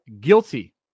guilty